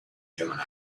gemini